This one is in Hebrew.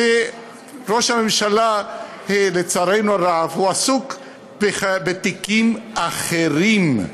ראש הממשלה, לצערנו הרב, עסוק בתיקים אחרים,